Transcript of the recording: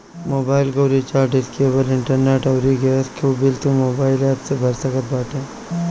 mobile कअ recharge, dish, cable, internet अउरी gas कअ बिल तू मोबाइल एप्प से भर सकत बाटअ